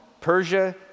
Persia